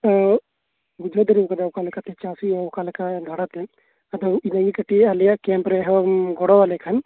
ᱚᱠᱟ ᱞᱮᱠᱟᱛᱮ ᱪᱟᱥ ᱦᱩᱭᱩᱜᱼᱟ ᱚᱠᱟᱞᱮᱠᱟ ᱫᱷᱟᱨᱟᱛᱮ ᱟᱫᱚ ᱫᱤᱭᱮ ᱠᱟᱹᱴᱤᱡ ᱟᱞᱮᱭᱟᱜ ᱠᱮᱢᱯ ᱨᱮᱦᱚᱸᱢ ᱜᱲᱚᱣᱟᱞᱮ ᱠᱷᱟᱱ